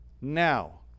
now